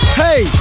hey